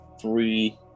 three